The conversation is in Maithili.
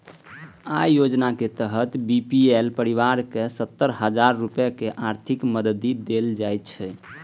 अय योजनाक तहत बी.पी.एल परिवार कें सत्तर हजार रुपैया के आर्थिक मदति देल जाइ छै